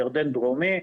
ירדן דרומי,